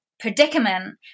predicament